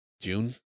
June